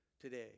today